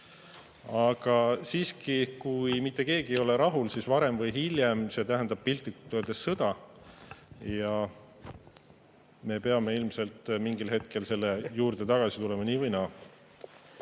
Aga siiski, kui mitte keegi ei ole rahul, siis varem või hiljem see tähendab piltlikult öeldes sõda. Ja me peame ilmselt mingil hetkel selle juurde tagasi tulema nii või naa.